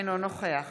אינו נוכח